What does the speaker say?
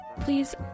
please